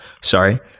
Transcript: Sorry